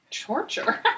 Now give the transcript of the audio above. torture